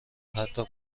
حتی